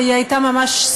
והיא הייתה ממש,